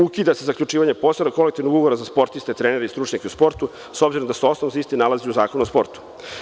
Ukida se zaključivanje posebnog kolektivnog ugovora za sportiste, trenere i stručnjake u sportu, s obzirom da se isti osnov nalazi u Zakonu o sportu.